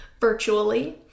virtually